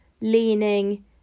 leaning